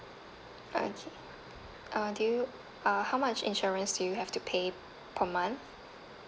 okay uh do you uh how much insurance do you have to pay per month